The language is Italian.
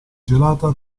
celata